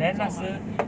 then 那时